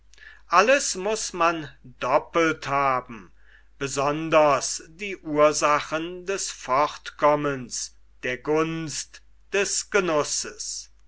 alles muß man doppelt haben besonders die ursachen des fortkommens der gunst des genusses